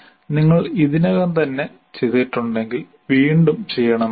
നിങ്ങൾ ഇതിനകം തന്നെ ചെയ്തിട്ടുണ്ടെങ്കിൽ വീണ്ടും ചെയ്യണമെന്നില്ല